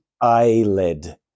eyelid